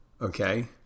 Okay